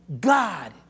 God